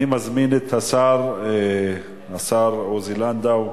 אני מזמין את השר עוזי לנדאו,